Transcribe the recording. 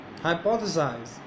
hypothesize